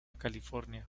california